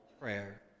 prayer